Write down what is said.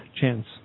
chance